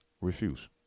Refuse